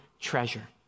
treasure